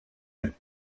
mit